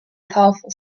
powerful